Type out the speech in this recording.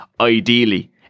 ideally